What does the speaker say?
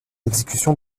exécution